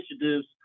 initiatives